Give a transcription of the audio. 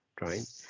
right